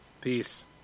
Peace